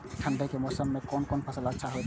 ठंड के मौसम में कोन कोन फसल अच्छा होते?